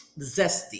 zesty